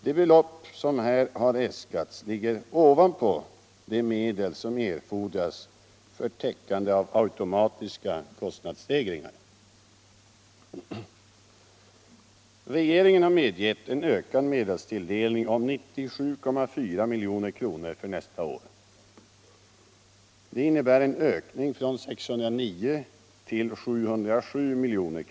Det belopp som här har äskats ligger ovanpå de medel som erfordras för täckande av automatiska kostnadsstegringar. Regeringen har medgett en ökad medelstilldelning av 97,4 milj.kr. för nästa år. Det innebär en ökning från 609 miljoner till 707 miljoner.